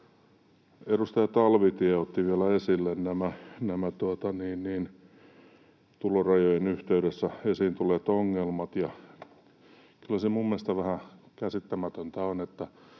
edustaja Talvitie otti vielä esille nämä tulorajojen yhteydessä esiin tulleet ongelmat. Kyllä se minun mielestäni vähän käsittämätöntä on,